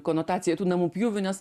konotacija tų namų pjūvių nes